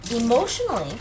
emotionally